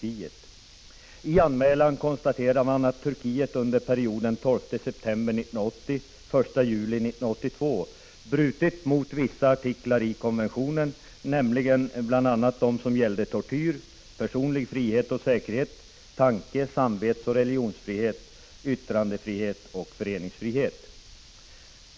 I anmälan konstaterades att Turkiet under perioden den 12 september 1980-den 1 juli 1982 brutit mot vissa artiklar i konventionen, bl.a. dem som gäller tortyr, personlig frihet och säkerhet, tankesamvetsoch religionsfrihet, yttrandefrihet och föreningsfrihet.